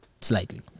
slightly